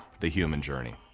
the human journey.